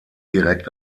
direkt